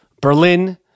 Berlin